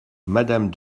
madame